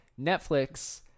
Netflix